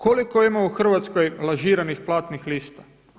Koliko ima u Hrvatskoj lažiranih platnih lista?